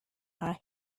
her